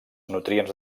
nutrients